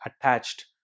attached